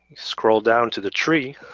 scroll down to the tree,